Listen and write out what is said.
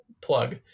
plug